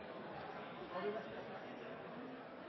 kan vi